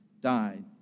died